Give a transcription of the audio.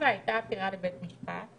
זו הייתה עתירה לבית משפט,